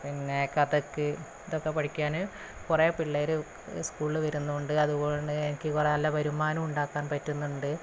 പിന്നെ കഥക് ഇതൊക്കെ പഠിക്കാൻ കുറേ പിള്ളേർ സ്കൂളിൽ വരുന്നും ഉണ്ട് അതുകൊണ്ട് എനിക്ക് നല്ല വരുമാനവും ഉണ്ടാക്കാൻ പറ്റുന്നുണ്ട്